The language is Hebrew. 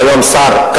היום שר,